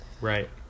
Right